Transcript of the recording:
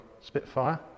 Spitfire